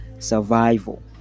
survival